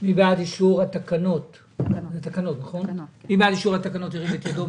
שבעד אישור התקנות ירים את ידו.